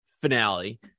finale